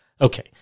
Okay